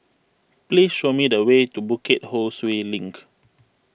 please show me the way to Bukit Ho Swee Link